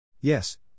Yes